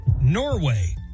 Norway